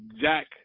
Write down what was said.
Jack